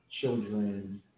children